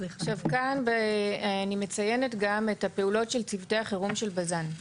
כאן אני מציינת גם את הפעולות של צוותי החירום של בז"ן.